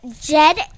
Jed